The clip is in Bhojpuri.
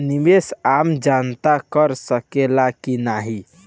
निवेस आम जनता कर सकेला की नाहीं?